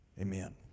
amen